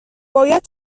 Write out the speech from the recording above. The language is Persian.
باید